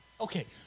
Okay